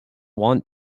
want